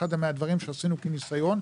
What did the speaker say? אחד הדברים שעשינו כניסיון,